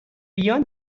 بیان